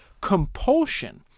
Compulsion